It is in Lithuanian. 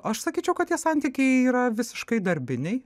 aš sakyčiau kad tie santykiai yra visiškai darbiniai